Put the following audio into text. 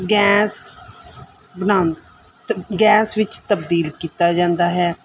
gas ਬਨਾਉਣ ਅਤੇ gas ਵਿੱਚ ਤਬਦੀਲ ਕੀਤਾ ਜਾਂਦਾ ਹੈ